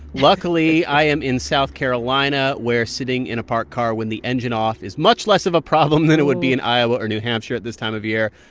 luckily, i am in south carolina, where sitting in a parked car with the engine off is much less of a problem than it would be in iowa or new hampshire at this time of year.